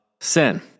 sin